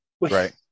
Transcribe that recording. Right